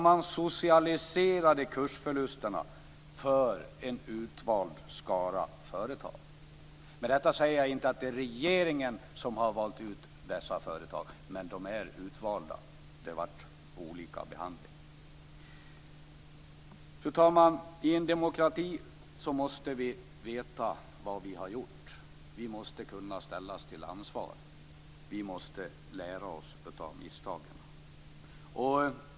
Man socialiserade alltså kursförlusterna för en utvald skara företag; med detta inte sagt att det är regeringen som valde ut dessa företag. De är i varje fall utvalda; det blev olika behandling. Fru talman! I en demokrati måste vi veta vad vi har gjort. Vi måste kunna ställas till ansvar. Vi måste lära oss av misstagen.